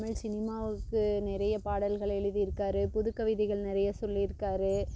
தமிழ் சினிமாவுக்கு நிறைய பாடல்களை எழுதியிருக்காரு புதுக்கவிதைகள் நிறைய சொல்லியிருக்காரு